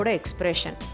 expression